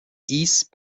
east